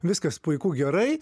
viskas puiku gerai